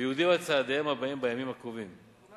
שיחה עם מנהל